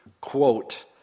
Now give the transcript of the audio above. quote